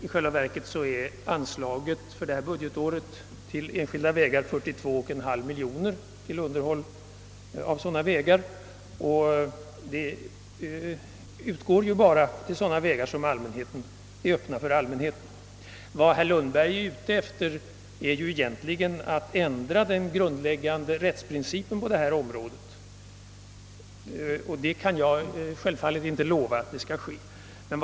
I själva verket har detta budgetår ett anslag på 42,5 miljoner kronor beviljats för underhåll av enskilda vägar, och medel ur detta anslag utgår bara till underhåll av sådana vägar som är öppna för allmänheten. Vad herr Lundberg är ute efter är egentligen att ändra den grundläggande rättsprincipen på detta område. Självfallet kan jag inte utlova någon sådan ändring.